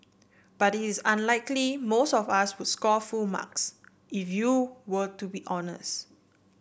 but it is unlikely most of us would score full marks if you were to be honest